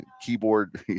keyboard